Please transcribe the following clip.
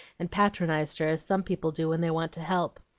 and patronized her, as some people do when they want to help.